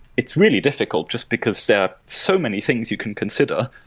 it's really difficult just because there are so many things you can consider,